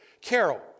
Carol